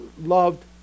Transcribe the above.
loved